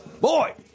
Boy